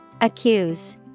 Accuse